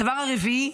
הדבר הרביעי,